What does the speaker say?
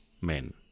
men